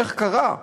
איך קרה.